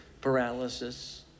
paralysis